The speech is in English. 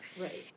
Right